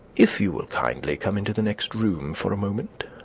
if you will kindly come into the next room for a moment.